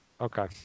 Okay